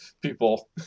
people